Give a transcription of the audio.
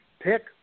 pick